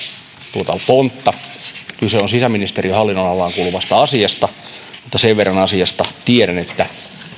tuota pontta kyse on sisäministeriön hallinnonalaan kuuluvasta asiasta mutta sen verran asiasta tiedän että